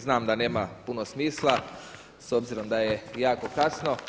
Znam da nema puno smisla s obzirom da je jako kasno.